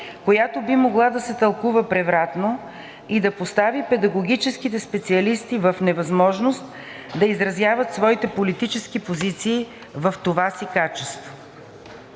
която би могла да се тълкува превратно и да постави педагогическите специалисти в невъзможност да изразяват своите политически позиции в това си качество.